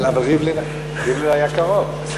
אבל ריבלין היה קרוב.